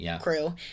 crew